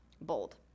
Bold